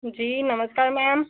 जी नमस्कार मैम